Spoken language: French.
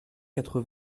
quatre